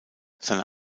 seine